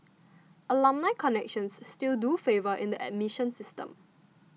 alumni connections still do favor in the admission system